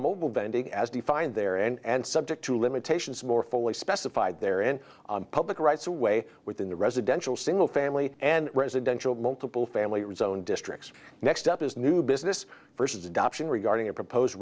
mobile vending as defined there and subject to limitations more fully specified there in public rights away within the residential single family and residential multiple family rezoned districts next step is new business versus adoption regarding a proposed